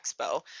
Expo